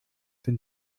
den